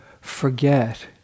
forget